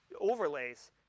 overlays